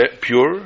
pure